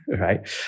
right